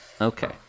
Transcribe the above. Okay